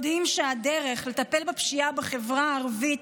יודעים שהדרך לטפל בפשיעה בחברה הערבית,